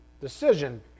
decision